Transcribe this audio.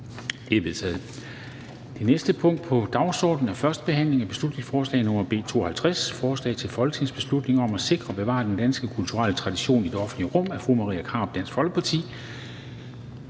Det er vedtaget. --- Det næste punkt på dagsordenen er: 24) 1. behandling af beslutningsforslag nr. B 92: Forslag til folketingsbeslutning om at sikre og bevare den danske kulturelle tradition i det offentlige rum. Af Marie Krarup (DF) m.fl.